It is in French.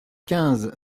quinze